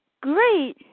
Great